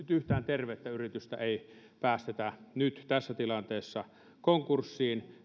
yhtään tervettä yritystä ei päästetä nyt tässä tilanteessa konkurssiin